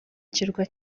kirwa